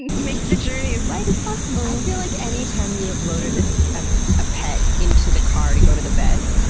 and make the journey as light as possible. i feel like anytime you have loaded a ah pet into the car to go to the vet,